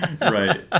Right